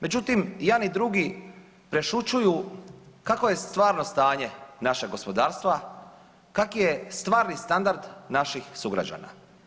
Međutim, jedan i drugi prešućuju kakvo je stvarno stanje našeg gospodarstva, kakvi je stvarni standard naših sugrađana.